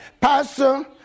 Pastor